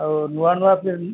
ଆଉ ନୂଆ ନୂଆ ଫିଲ୍ମ